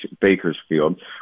Bakersfield